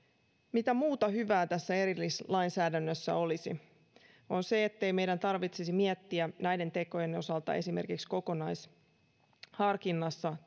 mitä muuta hyvää tässä erillislainsäädännössä olisi se ettei meidän tarvitsisi miettiä näiden tekojen osalta esimerkiksi kokonaisharkinnassa